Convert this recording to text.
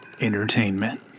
Entertainment